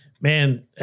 man